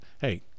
Hey